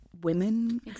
women